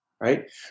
right